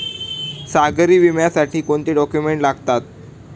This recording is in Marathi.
सागरी विम्यासाठी कोणते डॉक्युमेंट्स लागतात?